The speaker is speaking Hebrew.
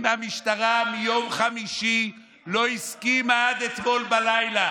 אם המשטרה לא הסכימה מיום חמישי עד אתמול בלילה